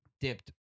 dipped